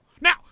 Now